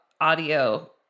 audio